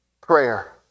Prayer